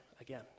again